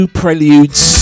preludes